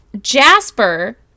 Jasper